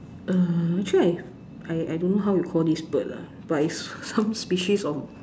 uh actually if I I don't know how you call this bird lah but it's some species of